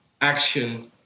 action